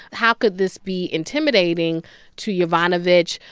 how could this be intimidating to yovanovitch?